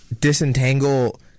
disentangle